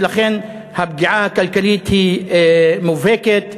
ולכן הפגיעה הכלכלית היא מובהקת.